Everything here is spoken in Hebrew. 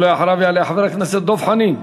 אחריו יעלה חבר הכנסת דב חנין.